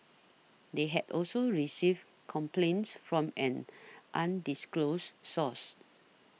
they had also received complaints from an undisclosed source